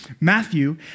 Matthew